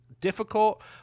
difficult